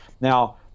Now